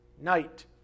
night